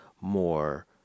more